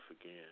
again